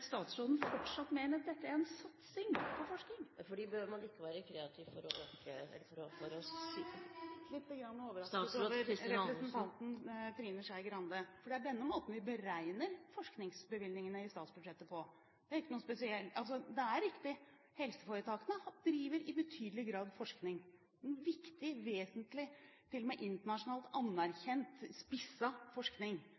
statsråden fortsatt mener at dette er en satsing på forskning? Nå må jeg si at jeg er bitte lite grann overrasket over representanten Trine Skei Grande, for det er denne måten vi beregner forskningsbevilgningene i statsbudsjettet på. Det er ikke noe spesielt. Det er riktig at helseforetakene i betydelig grad driver med forskning – en viktig, vesentlig, til og med internasjonalt